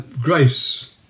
grace